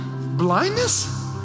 blindness